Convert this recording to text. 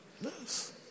Yes